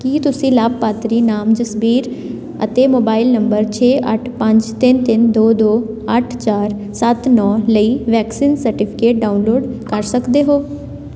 ਕੀ ਤੁਸੀਂ ਲਾਭਪਾਤਰੀ ਨਾਮ ਜਸਬੀਰ ਅਤੇ ਮੋਬਾਈਲ ਨੰਬਰ ਛੇ ਅੱਠ ਪੰਜ ਤਿੰਨ ਤਿੰਨ ਦੋ ਦੋ ਅੱਠ ਚਾਰ ਸੱਤ ਨੌ ਲਈ ਵੈਕਸੀਨ ਸਰਟੀਫਿਕੇਟ ਡਾਊਨਲੋਡ ਕਰ ਸਕਦੇ ਹੋ